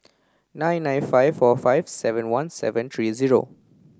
nine nine five four five seven one seven three zero